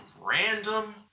random